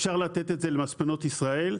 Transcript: אפשר לתת את זה למספנות ישראל.